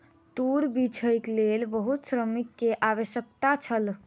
तूर बीछैक लेल बहुत श्रमिक के आवश्यकता छल